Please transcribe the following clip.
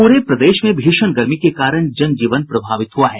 पूरे प्रदेश में भीषण गर्मी के कारण जनजीवन प्रभावित हुआ है